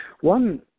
One